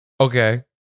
Okay